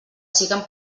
siguen